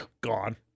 gone